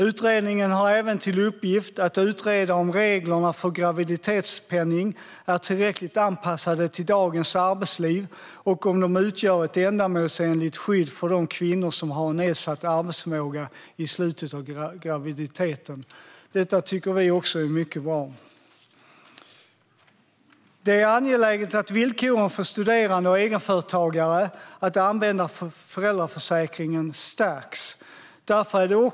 Utredningen har även, vilket vi tycker är bra, till uppgift att utreda om reglerna för graviditetspenning är tillräckligt anpassade till dagens arbetsliv och om de utgör ett ändamålsenligt skydd för de kvinnor som har nedsatt arbetsförmåga i slutet av graviditeten. Det är angeläget att möjligheten för studerande och egenföretagare att använda föräldraförsäkringen stärks genom förbättrade villkor.